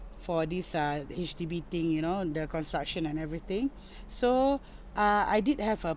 for this uh H_D_B thing you know the construction and everything so uh I did have a